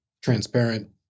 transparent